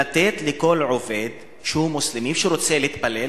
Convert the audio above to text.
לתת לכל עובד מוסלמי שרוצה להתפלל,